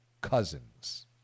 cousins